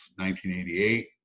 1988